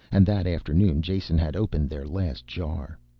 and that afternoon jason had opened their last jar.